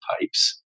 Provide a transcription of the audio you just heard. pipes